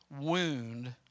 wound